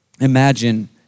imagine